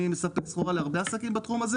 אני מספק את הסחורה להרבה עסקים בתחום הזה